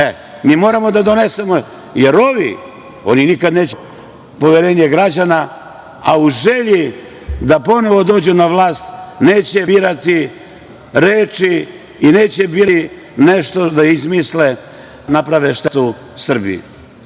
Mi moramo da donesemo, jer ovi, oni nikad neće da dobiju poverenje građana, a u želji da ponovo dođu na vlast, neće birati reči i neće birati nešto da izmisle, da naprave štetu Srbiji.